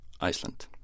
Iceland